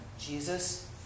Jesus